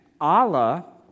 Allah